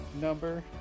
number